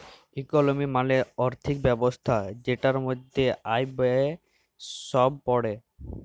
ইকলমি মালে আর্থিক ব্যবস্থা জেটার মধ্যে আয়, ব্যয়ে সব প্যড়ে